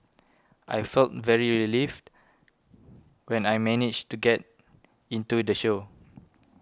I felt very relieved when I managed to get into the show